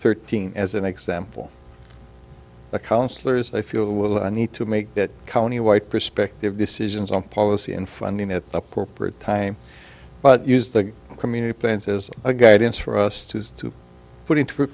thirteen as an example the councilors i feel i need to make that county white perspective decisions on policy and funding at the appropriate time but use the community plans as a guidance for us to to put into